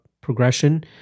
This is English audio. progression